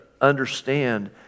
understand